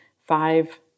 five